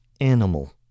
animal